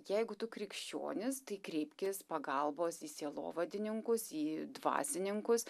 jeigu tu krikščionis tai kreipkis pagalbos į sielovadininkus į dvasininkus